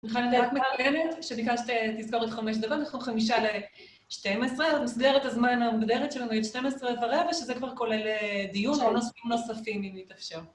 נכון. את מהממת שביקשת תזכורת חמש דקות. אנחנו חמישה לשתים עשרה, אז במסגרת הזמן המוגדרת שלנו היא עד שתים עשרה ורבע, שזה כבר כולל דיון, של נושאים נוספים, אם מתאפשר.